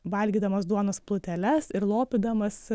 valgydamas duonos pluteles ir lopydamas